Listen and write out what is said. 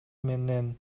менен